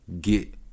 get